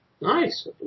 Nice